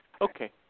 Okay